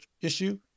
issue